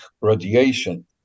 radiation